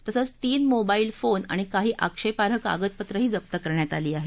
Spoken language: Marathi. तसंच तीन मोबाईल फोन आणि काही आक्षेपार्ह कागदपत्रंही जप्त करण्यात आली आहेत